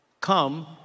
come